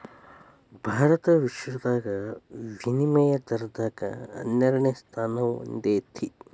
ಭಾರತ ವಿಶ್ವದಾಗ ವಿನಿಮಯ ದರದಾಗ ಹನ್ನೆರಡನೆ ಸ್ಥಾನಾ ಹೊಂದೇತಿ